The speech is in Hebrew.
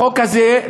החוק הזה,